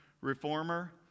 reformer